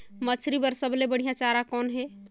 मछरी बर सबले बढ़िया चारा कौन हे?